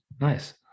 nice